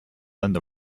blend